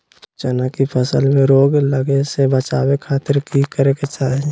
चना की फसल में रोग लगे से बचावे खातिर की करे के चाही?